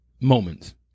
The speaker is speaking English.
moments